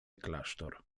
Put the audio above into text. klasztor